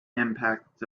impact